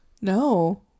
No